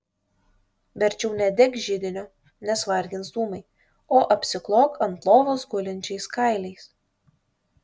verčiau nedek židinio nes vargins dūmai o apsiklok ant lovos gulinčiais kailiais